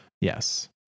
Yes